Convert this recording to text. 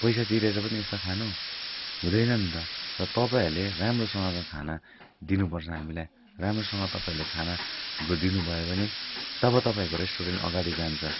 पैसा तिरेर पनि यस्तो खानु हुँदैन नि त र तपाईँहरूले राम्रोसँगको खाना दिनुपर्छ हामीलाई र राम्रोसँग तपाईँहरूले खाना दिनुभयो भने तब तपाईँहरूको रेस्टुरेन्ट अगाडि जान्छ